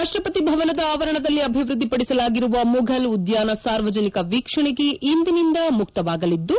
ರಾಷ್ಸಪತಿ ಭವನದ ಆವರಣದಲ್ಲಿ ಅಭಿವೃದ್ದಿಪಡಿಸಲಾಗಿರುವ ಮುಘಲ್ ಉದ್ಲಾನ ಸಾರ್ವಜನಿಕ ವೀಕ್ಷಣೆಗೆ ಇಂದಿನಿಂದ ಮುಕ್ತವಾಗಲಿದ್ದು